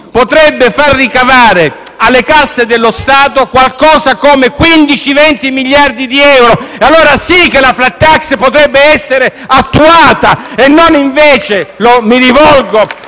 potrebbe far ricavare alle casse dello Stato qualcosa come 15-20 miliardi di euro. E allora sì che la *flat tax* potrebbe essere attuata! Mi rivolgo